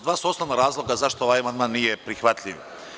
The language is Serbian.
Dva su osnovna razloga zašto ovaj amandman nije prihvatljiv.